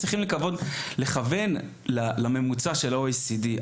אנחנו צריכים לכוון לפחות לממוצע של ה-OECD.